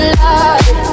light